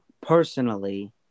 personally